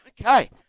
okay